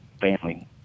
family